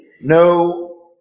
No